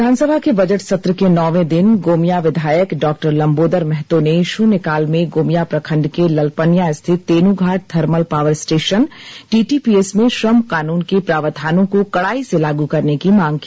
विधानसभा के बजट सत्र के नौवें दिन गोमिया विधायक डॉक्टर लम्बोदर महतो ने शून्य काल में गोमिया प्रखंड के ललपनिया स्थित Tenughat thermal power station TTPS में श्रम कानून के प्रावधानों को कड़ाई से लागू करने की मांग की